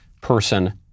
person